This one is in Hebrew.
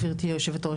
גברתי היושבת ראש,